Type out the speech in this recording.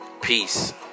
Peace